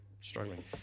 struggling